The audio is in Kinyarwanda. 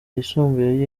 yisumbuye